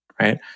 right